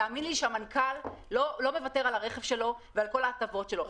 תאמיני לי שהמנכ"ל לא מוותר על הרכב שלו ועל כל ההטבות שלו.